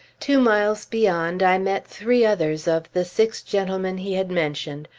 two miles beyond, i met three others of the six gentlemen he had mentioned,